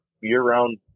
year-round